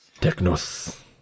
Technos